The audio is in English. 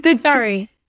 Sorry